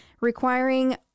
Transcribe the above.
requiring